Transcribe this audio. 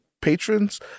patrons